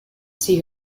see